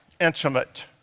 intimate